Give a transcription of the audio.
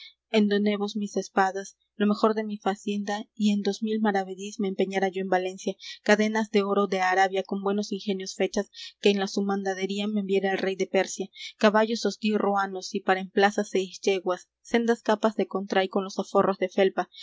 prendas endonevos mis espadas lo mejor de mi facienda y en dos mil maravedís me empeñara yo en valencia cadenas de oro de arabia con buenos ingenios fechas que en la su mandadería me enviara el rey de persia caballos os dí ruanos y para en plaza seis yeguas sendas capas de contray con los aforros de felpa